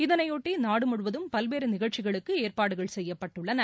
இதனையொட்டி நாடு முழுவதும் பல்வேறு நிகழ்ச்சிகளுக்கு ஏற்பாடுகள் செய்யப்பட்டுள்ளன